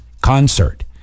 concert